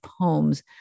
poems